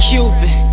Cupid